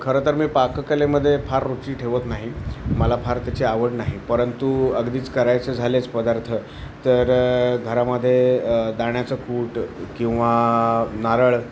खरं तर मी पाककलेमध्ये फार रुची ठेवत नाही मला फार त्याची आवड नाही परंतु अगदीच करायचे झालेच पदार्थ तर घरामध्ये दाण्याचं कूट किंवा नारळ